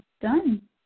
done